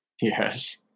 Yes